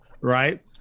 Right